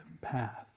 path